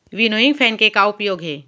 Winnowing fan के का उपयोग हे?